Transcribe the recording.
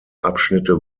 abschnitte